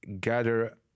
gather